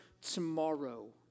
tomorrow